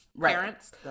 parents